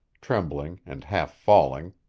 trembling and half-falling.